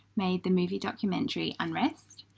made the movie documentary unrest,